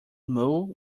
mule